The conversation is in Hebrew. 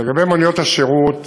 לגבי מוניות השירות,